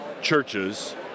churches